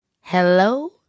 Hello